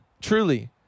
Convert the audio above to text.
truly